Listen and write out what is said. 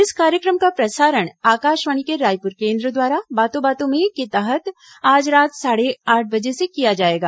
इस कार्यक्रम का प्रसारण आकाशवाणी के रायपुर केंद्र द्वारा बातों बातों में के तहत आज रात साढ़े आठ बजे से किया जाएगा